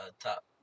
top